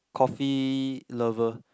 coffee lover